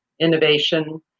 innovation